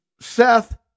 Seth